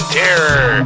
terror